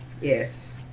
Yes